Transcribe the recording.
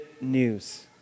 news